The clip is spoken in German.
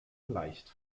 leicht